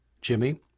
Jimmy